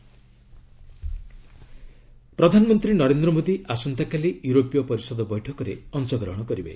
PM EC meeting ପ୍ରଧାନମନ୍ତ୍ରୀ ନରେନ୍ଦ୍ର ମୋଦି ଆସନ୍ତାକାଲି ୟୁରୋପୀୟ ପରିଷଦ ବୈଠକରେ ଅଂଶଗ୍ରହଣ କରିବେ